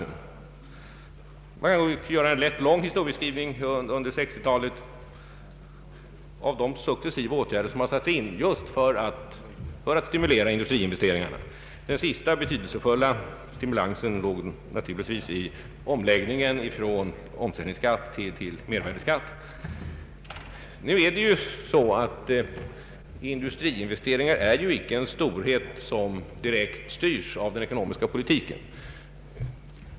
Jag skulle naturligtvis här kunna göra en ganska lång historieskrivning beträffande de successiva åtgärder som satts in under 1960-talet för att just stimulera industriinvesteringarna. Den senaste betydelsefulla stimulansen låg naturligtvis i omläggningen från omsättningsskatt till mervärdeskatt. Nu är det så att industriinvesteringar inte är en storhet som direkt styrs av den ekonomiska politiken.